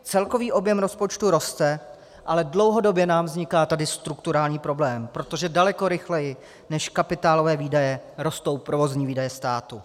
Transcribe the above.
Celkový objem rozpočtu roste, ale dlouhodobě nám tady vzniká strukturální problém, protože daleko rychleji než kapitálové výdaje rostou provozní výdaje státu.